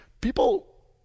people